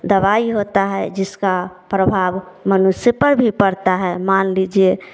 दवाई होता है जिसका प्रभाव मनुष्य पर भी पड़ता है मान लीजिए